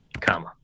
comma